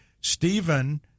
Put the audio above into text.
Stephen